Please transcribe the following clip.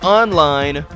online